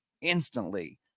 instantly